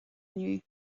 inniu